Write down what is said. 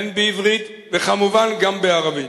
הן בעברית וכמובן גם בערבית.